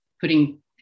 putting